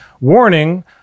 warning